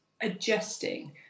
adjusting